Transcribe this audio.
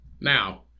now